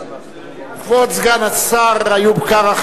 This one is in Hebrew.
כבוד סגן השר איוב קרא,